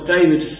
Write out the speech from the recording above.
David